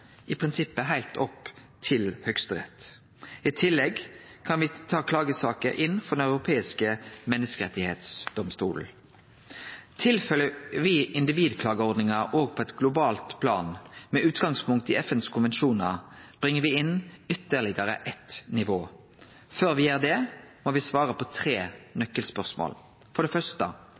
i prinsippet heilt opp til Høgsterett. I tillegg kan me ta klagesaker inn for Den europeiske menneskerettsdomstolen. Tilføyer me individklageordningar også på globalt plan, med utgangspunkt i FNs konvensjonar, bringar me inn ytterlegare eitt nivå. Før me gjer det, må me svare på tre nøkkelspørsmål. For det første: